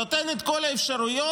נותן את כל האפשרויות,